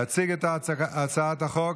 יציג את הצעת החוק